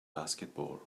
basketball